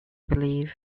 believe